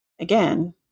again